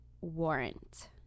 Warrant